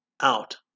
out